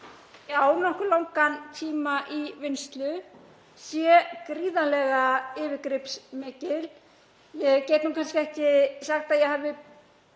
jú nokkuð langan tíma í vinnslu sé gríðarlega yfirgripsmikil. Ég get nú kannski ekki sagt að ég hafi